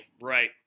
Right